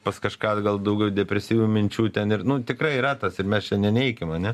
pas kažką gal daugiau depresyvių minčių ten ir nu tikrai yra tas ir mes čia neneikim ane